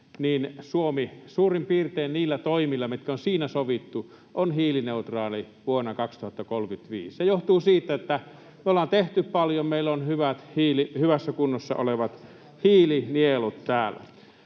Suomi suurin piirtein niillä toimilla, mitkä on siinä sovittu, on hiilineutraali vuonna 2035. Se johtuu siitä, että me ollaan tehty paljon, meillä on hyvässä kunnossa olevat hiilinielut täällä.